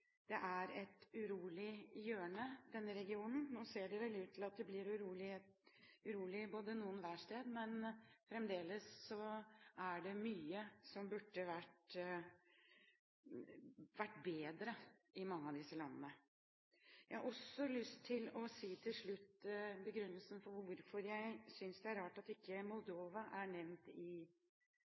er et urolig hjørne. Nå ser det ut til at det blir urolig flere steder, og fremdeles er det mye som burde vært bedre i mange av disse landene. Jeg har også til slutt lyst til å begrunne hvorfor jeg synes det er rart at ikke Moldova er nevnt i